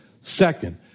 Second